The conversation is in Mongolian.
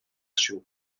шүү